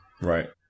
right